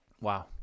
wow